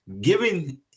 Giving